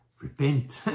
repent